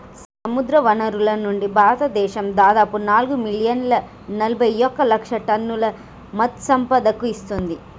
సముద్రవనరుల నుండి, భారతదేశం దాదాపు నాలుగు మిలియన్ల నలబైఒక లక్షల టన్నుల మత్ససంపద ఇస్తుంది